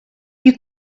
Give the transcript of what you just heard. you